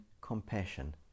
compassion